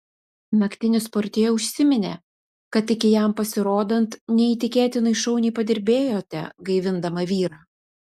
naktinis portjė užsiminė kad iki jam pasirodant neįtikėtinai šauniai padirbėjote gaivindama vyrą